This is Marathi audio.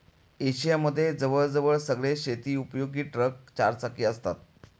एशिया मध्ये जवळ जवळ सगळेच शेती उपयोगी ट्रक चार चाकी असतात